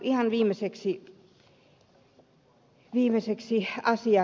ihan viimeiseksi hän asia